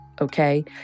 okay